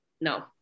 no